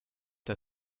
der